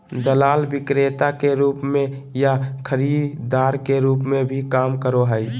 दलाल विक्रेता के रूप में या खरीदार के रूप में भी काम करो हइ